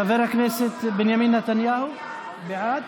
חבר הכנסת בנימין נתניהו, בעד?